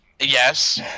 Yes